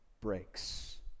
breaks